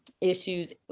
issues